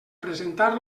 presentar